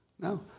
No